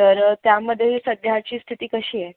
तर त्यामध्ये सध्याची स्थिती कशी आहे